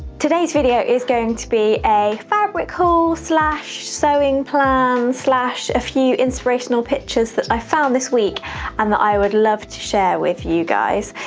today's video is going to be a fabric haul, slash sewing plan, slash a few inspirational pictures that i found this week and that i would love to share with you guys.